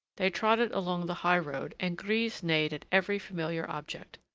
they trotted along the high-road, and grise neighed at every familiar object.